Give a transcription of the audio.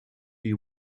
you